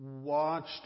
watched